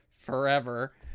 forever